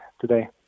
today